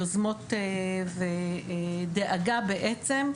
יוזמות ודאגה בעצם,